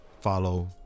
Follow